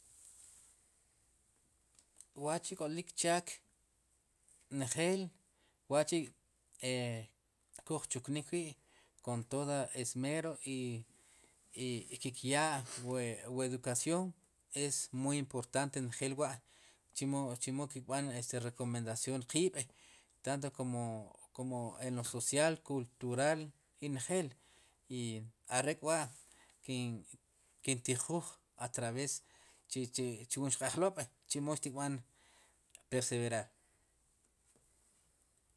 Wa'chi' k'olik chaak njeel wa'chi' e kuj chuknik wi' kon todo esmero i i kikyaa' we, we educación es muy importante njel wa' chimo, chimo ki kb'an recomendación qiib' tanto komo en lo social kultural i njel i are'k'wa' kintijuuj a traves chu wu wxq'ajlob' chemo xtik b'an perseverar.